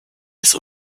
des